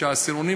שהעשירונים